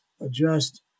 adjust